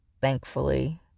thankfully